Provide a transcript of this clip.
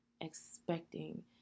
expecting